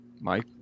Mike